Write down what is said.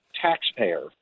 taxpayer